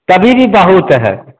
तभी भी बहुत है